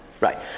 Right